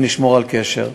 ונשמור על קשר.